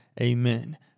Amen